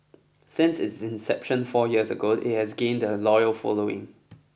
since its inception four years ago it has gained a loyal following